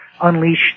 unleash